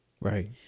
Right